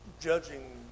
Judging